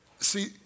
See